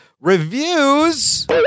Reviews